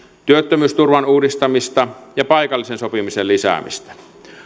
työttömyysturvan uudistamista ja paikallisen sopimisen lisäämistä